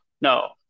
No